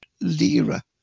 lira